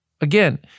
Again